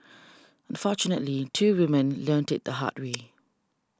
unfortunately two women learnt it the hard way